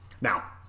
now